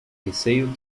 receio